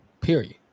period